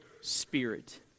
spirit